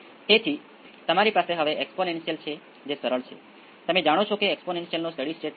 તેથી આ કિસ્સામાં ત્યાં ડેંપિંગ ફેક્ટર 0